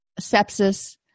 sepsis